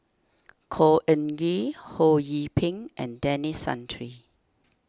Khor Ean Ghee Ho Yee Ping and Denis Santry